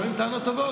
הוא טוען טענות טובות.